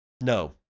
no